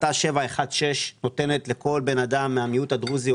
החלטה 716 נותנת לכל בן אדם מהמיעוט הדרוזי או